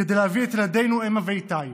כדי להביא את ילדינו, אמה ואיתי,